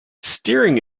steering